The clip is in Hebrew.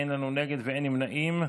אין לנו נגד ואין נמנעים.